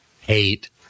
hate